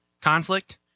conflict